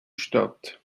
statt